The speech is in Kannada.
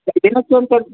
ದಿನಕ್ಕೆ ಒಂದು ಸತಿ